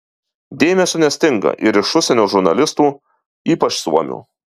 dėmesio nestinga ir iš užsienio žurnalistų ypač suomių